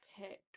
pick